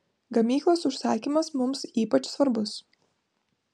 gamyklos užsakymas mums ypač svarbus